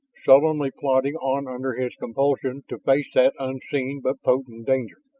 sullenly plodding on under his compulsion, to face that unseen but potent danger.